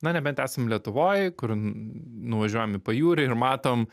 na nebent esam lietuvoj kur nuvažiuojam į pajūrį ir matom